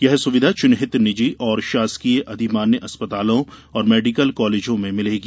यह सुविधा चिहिन्त निजी और शासकीय अधिमान्य अस्पतालों और मेडिकल कालेजों में मिलेगी